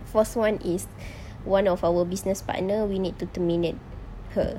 fourth one is one of our business partner we need to terminate her